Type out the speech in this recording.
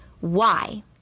Why